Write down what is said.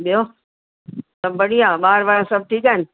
ॿियो सभु बढ़िया ॿार वार सभु ठीकु आहिनि